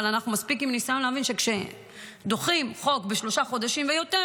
אבל אנחנו עם מספיק ניסיון להבין שכשדוחים חוק בשלושה חודשים ויותר,